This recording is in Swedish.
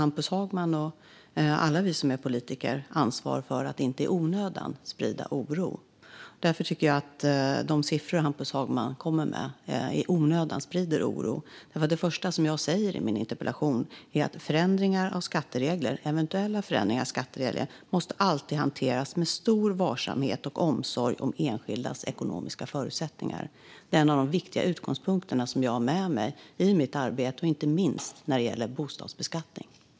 Hampus Hagman och alla vi andra som är politiker har ansvar för att inte i onödan sprida oro. Jag tycker att Hampus Hagman, med de siffror som han kommer med, i onödan sprider oro. Det första jag säger i mitt interpellationssvar är ju att eventuella förändringar av skatteregler alltid måste hanteras med stor varsamhet och omsorg om enskildas ekonomiska förutsättningar. Det är en av de viktiga utgångspunkterna som jag har med mig i mitt arbete, inte minst när det gäller bostadsbeskattning.